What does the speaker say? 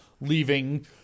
leaving